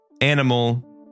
animal